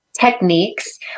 techniques